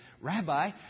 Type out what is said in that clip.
Rabbi